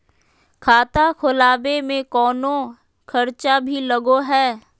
खाता खोलावे में कौनो खर्चा भी लगो है?